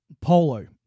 Polo